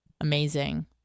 Amazing